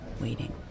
waiting